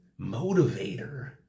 motivator